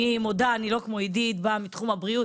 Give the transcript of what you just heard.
אני מודה אני לא כמו עידית שבאה מתחום הבריאות.